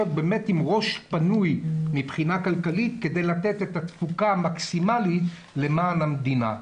באמת עם ראש פנוי מבחינה כלכלית כדי לתת את התפוקה המקסימלית למען המדינה.